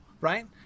right